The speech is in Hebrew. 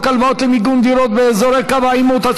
הלוואות למיגון דירות באזורי קו העימות,